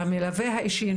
המלווה האישי,